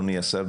אדוני השר,